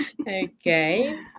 okay